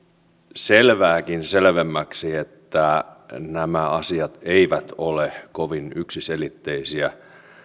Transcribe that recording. selvääkin selvemmäksi että nämä asiat eivät ole kovin yksiselitteisiä